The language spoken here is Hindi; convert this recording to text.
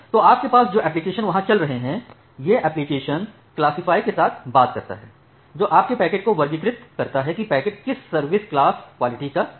तो आपके पास जो एप्लिकेशन वहां चल रहे हैं वह एप्लिकेशन क्लासिफाय के साथ बात करता है जो आपके पैकेट को वर्गीकृत करता है कि पैकेट किस सर्विस क्लास क्वालिटी का है